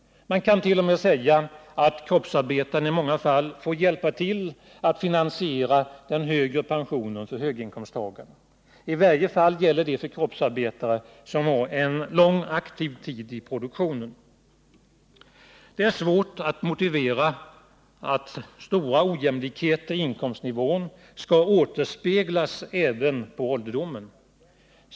Man kan t.o.m. säga att kroppsarbetarna i många fall får hjälpa till att finansiera den högre pensionen för höginkomsttagarna. I varje fall gäller det för kroppsarbetare som har en lång aktiv tid i produktionen. Det är svårt att motivera att stora ojämlikheter i inkomstnivån skall återspeglas även på ålderdomen.